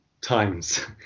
times